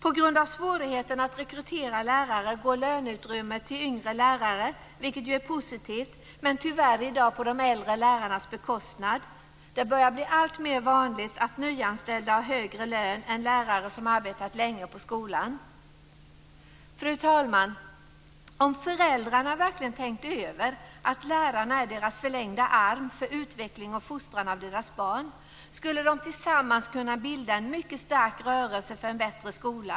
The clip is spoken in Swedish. På grund av svårigheten att rekrytera lärare går löneutrymmet till yngre lärare, vilket ju är positivt, men tyvärr i dag på de äldre lärarnas bekostnad. Det börjar bli alltmer vanligt att nyanställda har högre lön än lärare som arbetat länge på skolan. Fru talman! Om föräldrarna verkligen tänkte sig in i att lärarna är deras förlängda arm för utveckling och fostran av deras barn, skulle de tillsammans kunna bilda en mycket stark rörelse för en bättre skola.